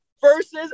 versus